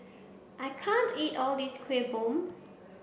I can't eat all this Kueh Bom